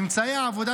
ממצאי העבודה,